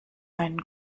einen